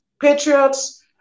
patriots